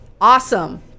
awesome